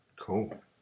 Cool